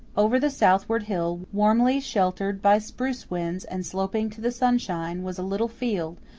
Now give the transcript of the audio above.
over the southward hill, warmly sheltered by spruce woods and sloping to the sunshine, was a little field,